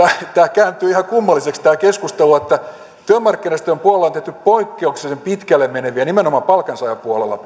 kääntyy ihan kummalliseksi tämä keskustelu että työmarkkinajärjestöjen puolella on tehty poikkeuksellisen pitkälle meneviä nimenomaan palkansaajapuolella